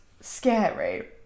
scary